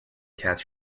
cats